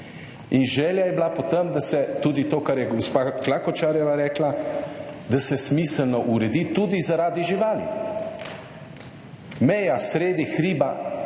In želja je bila po tem, da se tudi to, kar je gospa Klakočarjeva rekla, da se smiselno uredi tudi zaradi živali. Meja sredi hriba